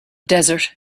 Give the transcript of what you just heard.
desert